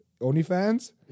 OnlyFans